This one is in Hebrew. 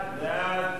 כהצעת הוועדה,